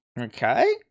Okay